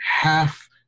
half